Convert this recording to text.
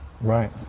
Right